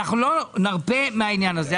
אנחנו לא נרפה מהעניין הזה.